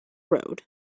road